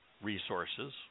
resources